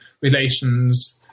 relations